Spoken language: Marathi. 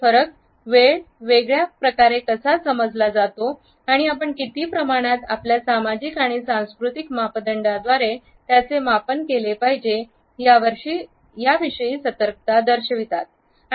हे फरक वेळ वेगवेगळ्या प्रकारे कसा समजला जातो आणि आपण किती प्रमाणात आमच्या सामाजिक आणि सांस्कृतिक मापदंडांद्वारे त्याचे मापन केले पाहिजे याविषयी सतर्कता दर्शवितात